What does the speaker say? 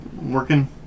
working